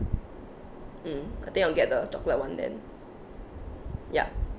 mm I think I'll get the chocolate one then yup